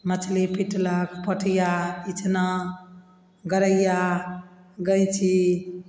मछली पीटलक पोठिया इचना गरैया गैञ्ची